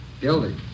Guilty